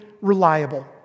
reliable